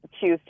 choose